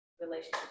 relationship